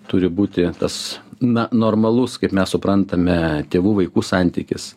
turi būti tas na normalus kaip mes suprantame tėvų vaikų santykis